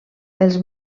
els